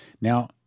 Now